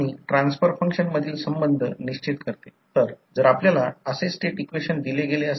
ज्याप्रकारे आपण ते केले आहे दोन्ही करंट डॉटमध्ये प्रवेश करत आहेत जे मॅग्नेटटिक सर्किटमध्ये जे काही अभ्यास केले आहे